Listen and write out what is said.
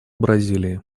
бразилии